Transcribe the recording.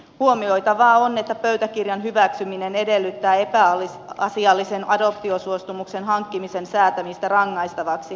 huomioitavaa on että pöytäkirjan hyväksyminen edellyttää epäasiallisen adoptiosuostumuksen hankkimisen säätämistä rangaistavaksi